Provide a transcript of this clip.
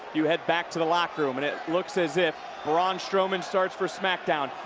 you head back to the locker room. and it looks as if braun stroman starts for smackdown.